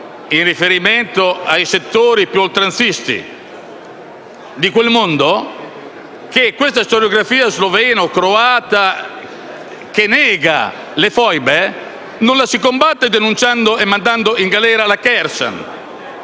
in riferimento ai settori più oltranzisti di quel mondo, che la storiografia slovena o croata che nega le foibe non la si combatte denunciando e mandando in galera la Kersevan,